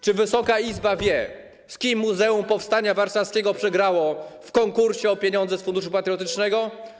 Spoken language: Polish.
Czy Wysoka Izba wie, z kim Muzeum Powstania Warszawskiego przegrało w konkursie o pieniądze z Funduszu Patriotycznego?